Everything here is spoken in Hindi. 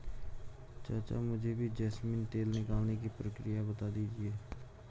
चाचा मुझे भी जैस्मिन तेल निकालने की प्रक्रिया बता दीजिए